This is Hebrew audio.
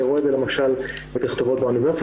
אני רואה את זה, למשל, בתכתובות באוניברסיטה.